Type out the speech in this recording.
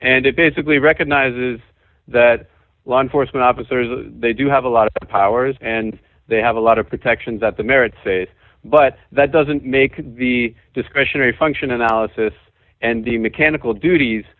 and it basically recognizes that law enforcement officers they do have a lot of powers and they have a lot of protections that the merit says but that doesn't make the discretionary function analysis and the mechanical duties